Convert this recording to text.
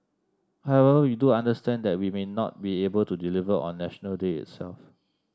however we do understand that we may not be able to deliver on National Day itself